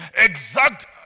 Exact